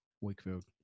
Wakefield